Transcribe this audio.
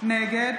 נגד